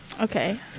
okay